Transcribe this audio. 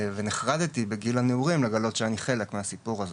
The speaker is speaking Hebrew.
ונחרדתי בגיל הנעורים לגלות שאני חלק מהסיפור הזה.